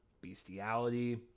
bestiality